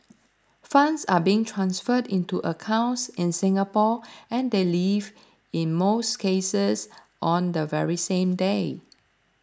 funds are being transferred into accounts in Singapore and they leave in most cases on the very same day